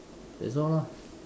that's all lah